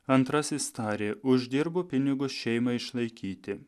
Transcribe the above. antrasis tarė uždirbu pinigus šeimai išlaikyti